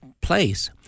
place